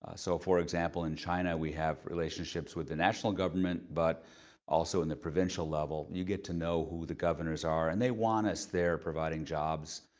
ah so, for example, in china, we have relationships with the national government, but also on the provincial level, you get to know who the governors are, and they want us there providing jobs,